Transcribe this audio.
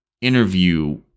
interview